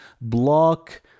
block